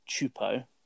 Chupo